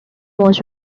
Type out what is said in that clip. was